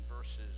Verses